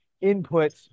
input